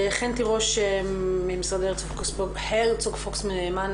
חן תירוש ממשרדי הרצוג פוקס נאמן,